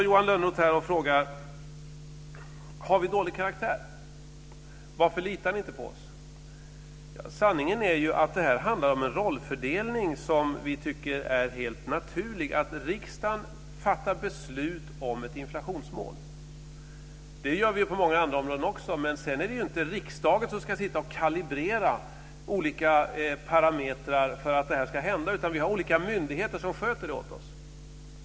Johan Lönnroth frågar: Har vi dålig karaktär? Varför litar ni inte på oss? Det här handlar ju om en rollfördelning som vi tycker är helt naturlig. Riksdagen fattar beslut om ett inflationsmål. Det gör vi på många andra områden också. Det är ju inte riksdagen som sedan ska kalibrera olika parametrar för att det här ska hända. Vi har olika myndigheter som sköter det åt oss.